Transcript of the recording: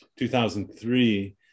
2003